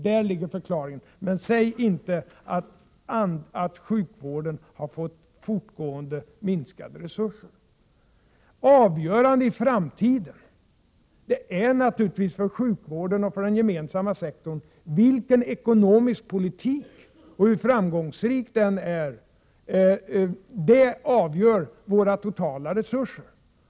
Däri ligger förklaringen. Men säg inte att sjukvården fortgående har fått minskade resurser! Avgörande i framtiden för sjukvården och för den gemensamma sektornär = Prot. 1987/88:96 naturligtvis vilken ekonomisk politik som förs och hur framgångsrik den är. — 8 april 1988 Det avgör våra totala resurser.